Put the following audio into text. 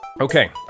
Okay